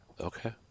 Okay